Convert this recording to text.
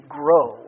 grow